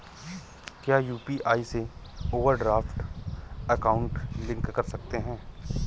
क्या यू.पी.आई से overdraft account link कर सकते हैं?